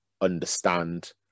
understand